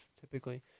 typically